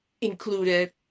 included